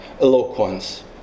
eloquence